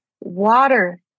water